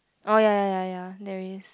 oh ya ya ya ya there is